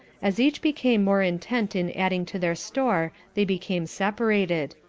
as each became more intent in adding to their store they became separated.